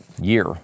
year